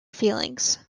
feelings